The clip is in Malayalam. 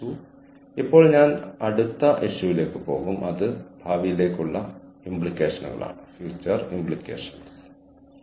കൂടാതെ എല്ലാ ഹ്യൂമൻ റിസോഴ്സ് മാനേജർമാരും അത് ഭാവിയിൽ എങ്ങനെ രൂപപ്പെടാൻ പോകുന്നു എങ്ങനെ രൂപപ്പെടാൻ സാധ്യതയുണ്ട് എന്നിവ അറിഞ്ഞിരിക്കണമെന്ന് എനിക്ക് തോന്നുന്നു